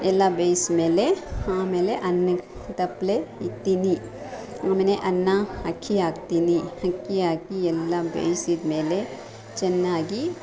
ಎಲ್ಲ ಬೇಯಿಸ್ಮೇಲೆ ಆಮೇಲೆ ಅನ್ನಕ್ಕೆ ತಪ್ಪಲೆ ಇಡ್ತೀನಿ ಆಮೇಲೆ ಅನ್ನ ಅಕ್ಕಿ ಹಾಕ್ತೀನಿ ಅಕ್ಕಿ ಹಾಕಿ ಎಲ್ಲ ಬೇಯಿಸಿದ್ಮೇಲೆ ಚೆನ್ನಾಗಿ